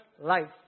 life